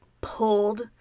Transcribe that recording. pulled